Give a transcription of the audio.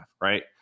right